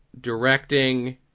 Directing